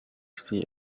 see